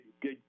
good